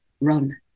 Run